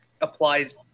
applies